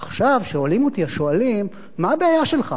עכשיו, שואלים אותי השואלים: מה הבעיה שלך?